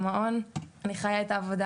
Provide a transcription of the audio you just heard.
וכן אני מאוד גאה להיות במשרד הרווחה